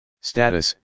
Status